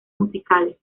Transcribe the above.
musicales